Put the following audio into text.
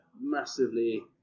massively